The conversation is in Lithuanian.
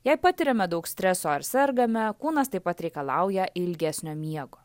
jei patiriame daug streso ar sergame kūnas taip pat reikalauja ilgesnio miego